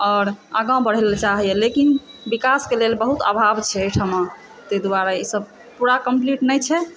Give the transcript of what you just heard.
आओर आगाँ बढ़य लऽ चाहयए लेकिन विकासके लेल बहुत आभाव छै एहिठमा ताहि दुआरे ईसभ पूरा कम्प्लीट नहि छै